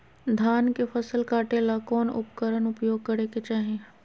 धान के फसल काटे ला कौन उपकरण उपयोग करे के चाही?